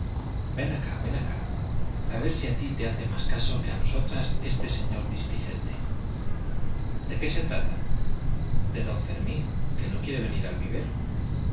ven acá ven acá a ver si a ti te hace más caso que a nosotras este señor displicente de qué se trata de don fermín que no quiere venir al vivero